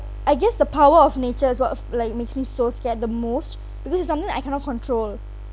I guess the power of nature is what like makes me so scared the most because it's something I cannot control